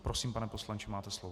Prosím, pane poslanče, máte slovo.